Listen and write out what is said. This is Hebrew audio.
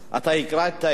אתה הקראת את החוק.